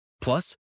Plus